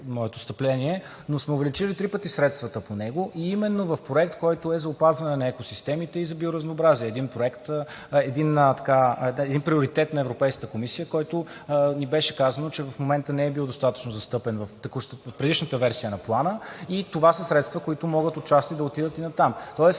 моето встъпление, но сме увеличили три пъти средствата по него именно в проект, който е за опазване на екосистемите и за биоразнообразие – един приоритет на Европейската комисия, за който ни беше казано, че в момента не е бил достатъчно застъпен в предишната версия на плана, и това са средства, които могат отчасти да отидат и натам. Тоест